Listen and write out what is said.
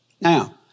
Now